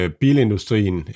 bilindustrien